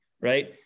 right